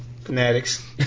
fanatics